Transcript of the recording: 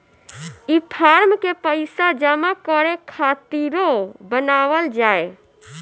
ई फारम के पइसा जमा करे खातिरो बनावल जाए